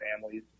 families